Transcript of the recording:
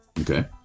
Okay